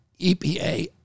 EPA